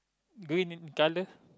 green in colour